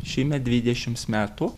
šįmet dvidešimts metų